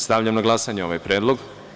Stavljam na glasanje ovaj predlog.